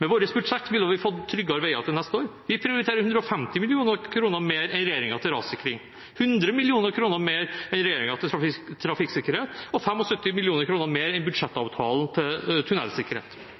Med vårt budsjett ville vi fått tryggere veier til neste år. Vi prioriterer 150 mill. kr mer enn regjeringen til rassikring, 100 mill. kr mer enn regjeringen til trafikksikkerhet og 75 mill. kr mer enn budsjettavtalen til